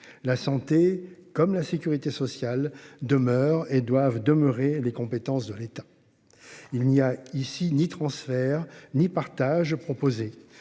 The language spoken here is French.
la santé comme la sécurité sociale demeure et doivent demeurer les compétences de l'État. Il n'y a ici ni transfert ni partage proposé.